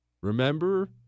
Remember